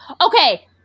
Okay